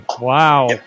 Wow